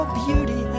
beauty